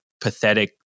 pathetic